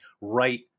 right